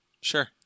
Sure